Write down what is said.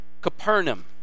Capernaum